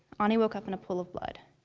anie woke up in a pool of blood.